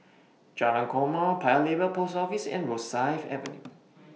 Jalan Korma Paya Lebar Post Office and Rosyth Avenue